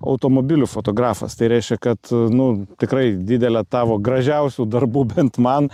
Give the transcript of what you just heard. automobilių fotografas tai reiškia kad nu tikrai didelę tavo gražiausių darbų bent man